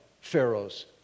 Pharaoh's